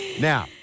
Now